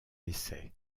essai